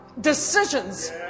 decisions